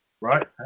Right